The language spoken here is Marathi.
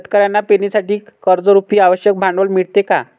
शेतकऱ्यांना पेरणीसाठी कर्जरुपी आवश्यक भांडवल मिळते का?